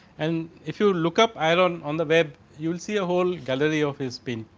and if you look up aaron on the web you will see a whole gallery of his spin,